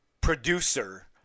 producer